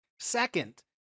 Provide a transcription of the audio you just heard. Second